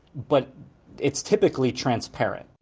but it's typically transparent.